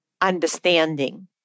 understanding